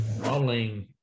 modeling